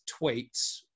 tweets